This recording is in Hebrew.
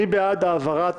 מי בעד העברת